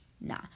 Nah